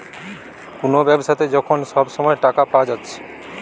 কুনো ব্যাবসাতে যখন সব সময় টাকা পায়া যাচ্ছে